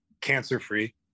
cancer-free